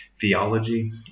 theology